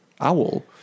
owl